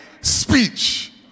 speech